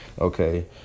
Okay